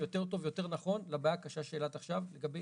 יותר טוב ויותר נכון לבעיה שהקשה שהעלית עכשיו לגבי